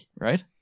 right